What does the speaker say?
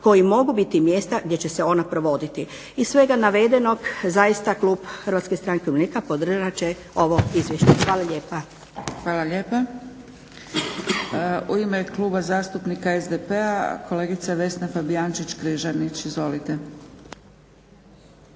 koji mogu biti mjesta gdje će se oni provoditi. Iz svega navedenog zaista Klub Hrvatske stranke umirovljenika podržat će ovo izvješće. Hvala lijepa. **Zgrebec, Dragica (SDP)** U ime Kluba zastupnika SDP-a kolegica Vesna Fabijančić Križanić. Izvolite.